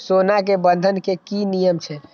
सोना के बंधन के कि नियम छै?